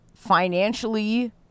financially